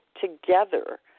together